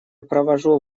провожу